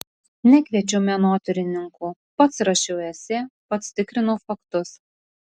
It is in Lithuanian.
nekviečiau menotyrininkų pats rašiau esė pats tikrinau faktus